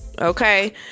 Okay